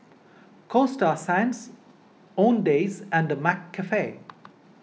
Coasta Sands Owndays and McCafe